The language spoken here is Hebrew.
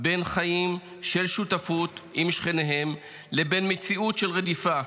בין חיים של שותפות עם שכניהם לבין מציאות של רדיפה,